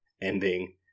ending